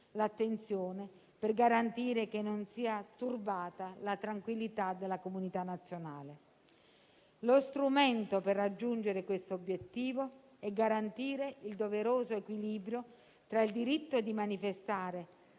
l'attenzione, per garantire che non sia turbata la tranquillità della comunità nazionale. Lo strumento per raggiungere questo obiettivo è garantire il doveroso equilibrio tra il diritto di manifestare